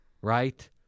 right